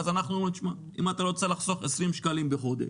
ואז אנחנו אומרים לו: אם אתה רוצה לחסוך 20 שקלים בחודש,